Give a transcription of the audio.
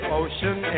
ocean